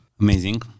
Amazing